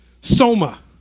soma